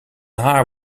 haar